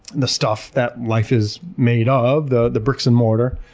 the stuff that life is made of, the the bricks and mortar.